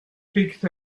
picked